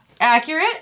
accurate